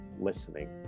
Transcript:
listening